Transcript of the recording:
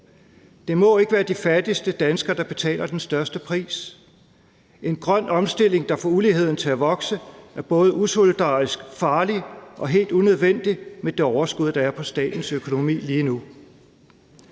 Det må ikke være de fattigste danskere, der betaler den højeste pris. En grøn omstilling, der får uligheden til at vokse, er både usolidarisk, farlig og helt unødvendig med det overskud, der er på statens økonomi lige nu.